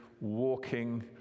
walking